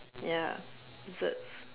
ya desserts